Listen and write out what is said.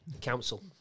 council